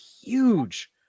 huge